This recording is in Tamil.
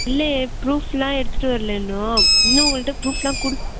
இல்லையே ப்ரூஃபெலாம் எடுத்துகிட்டு வரலை இன்னும் இன்னும் உங்கள்கிட்ட ப்ரூஃபெலாம் குடுக்